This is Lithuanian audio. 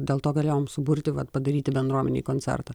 dėl to galėjom suburti vat padaryti bendruomenei koncertą